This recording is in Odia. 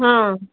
ହଁ